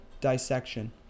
dissection